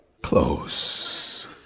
close